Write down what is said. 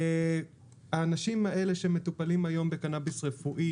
האנשים האלה שמטופלים היום בקנביס רפואי,